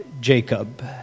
Jacob